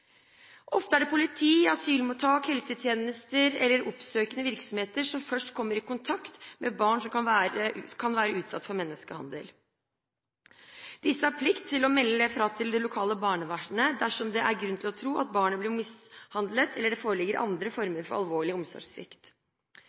Ofte er det politi, asylmottak, helsetjenester eller oppsøkende virksomheter som først kommer i kontakt med barn som kan være utsatt for menneskehandel. Disse har plikt til å melde fra til det lokale barnevernet dersom det er grunn til å tro at barnet blir mishandlet eller det foreligger andre former for alvorlig omsorgssvikt.